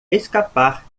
escapar